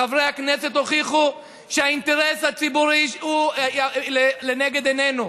חברי הכנסת הוכיחו שהאינטרס הציבורי הוא לנגד עינינו.